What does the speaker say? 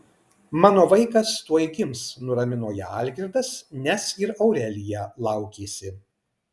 mano vaikas tuoj gims nuramino ją algirdas nes ir aurelija laukėsi